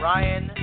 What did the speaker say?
Ryan